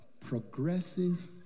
progressive